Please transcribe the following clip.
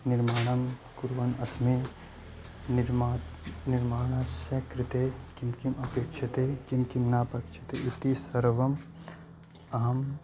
निर्माणं कुर्वन् अस्मि निर्मा निर्माणस्य कृते किं किम् अपेक्षते किं किम् नापेक्षते इति सर्वम् अहं